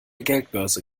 geldbörse